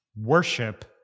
Worship